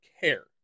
care